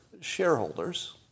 shareholders